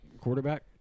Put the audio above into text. quarterback